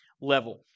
level